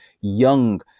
young